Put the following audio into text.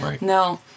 No